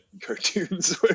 cartoons